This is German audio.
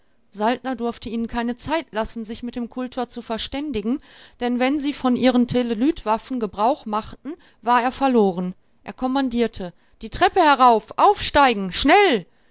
saltner durfte ihnen keine zeit lassen sich mit dem kultor zu verständigen denn wenn sie von ihren telelytwaffen gebrauch machten war er verloren er kommandierte die treppe herauf aufsteigen schnell